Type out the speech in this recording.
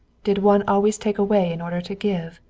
did one always take away in order to give?